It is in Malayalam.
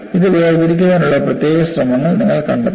ഇത് വേർതിരിക്കുന്നതിനുള്ള പ്രത്യേക ശ്രമങ്ങൾ നിങ്ങൾ കണ്ടെത്തണം